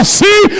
see